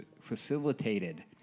facilitated